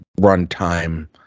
runtime